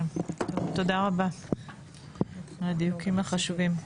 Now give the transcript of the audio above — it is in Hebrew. תודה רבה על הדיוקים החשובים.